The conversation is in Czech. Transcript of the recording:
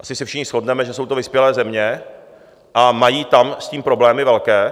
Asi se všichni shodneme, že jsou to vyspělé země a mají tam s tím problémy velké.